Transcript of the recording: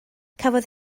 cafodd